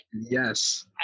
Yes